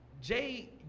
Jay